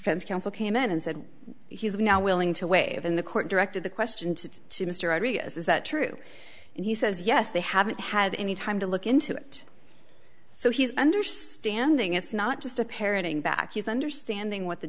defense counsel came in and said he's now willing to waive in the court directed the question to to mr rodriguez is that true and he says yes they haven't had any time to look into it so he's understanding it's not just a parroting back he's understanding what the